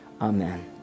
amen